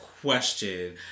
Question